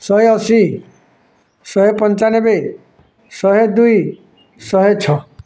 ଶହେ ଅଶୀ ଶହେ ପଞ୍ଚାନବେ ଶହେ ଦୁଇ ଶହେ ଛଅ